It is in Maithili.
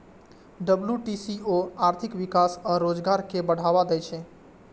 डब्ल्यू.टी.ओ आर्थिक विकास आ रोजगार कें बढ़ावा दै छै